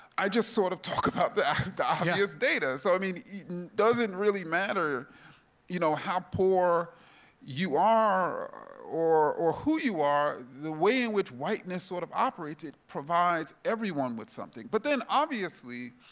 i just sort of talk about the and the obvious data. so i mean, it doesn't really matter you know how poor you are or or who you are, the way in which whiteness sort of operates, it provides everyone with something. but then, obviously,